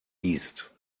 east